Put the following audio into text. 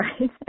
right